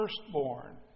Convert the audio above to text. firstborn